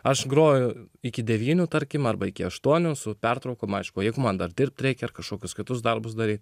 aš groju iki devynių tarkim arba iki aštuonių su pertraukom aišku jeigu man dar dirbt reikia ir kažkokius kitus darbus daryti